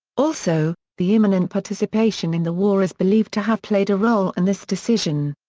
also, the imminent participation in the war is believed to have played a role in this decision.